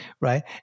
right